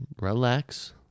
Relax